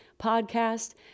podcast